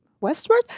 westward